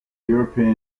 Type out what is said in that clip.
european